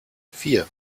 vier